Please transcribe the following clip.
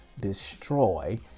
destroy